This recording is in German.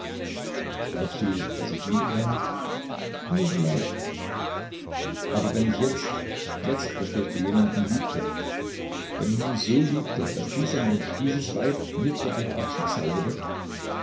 glaubst du daß ich lieben kann früher vielleicht aber wenn ich jetzt jetzt verstehst du jemanden liebte wenn ich ihn so liebte daß dieser mensch dieses weib mir zu einer art schicksal würde